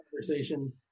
conversation